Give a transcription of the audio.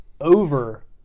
over